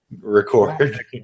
record